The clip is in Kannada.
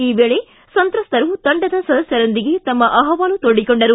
ಈ ವೇಳೆ ಸಂತ್ರಸ್ತರು ತಂಡದ ಸದಸ್ಯರೊಂದಿಗೆ ತಮ್ಮ ಅಹವಾಲು ತೋಡಿಕೊಂಡರು